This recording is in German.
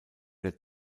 der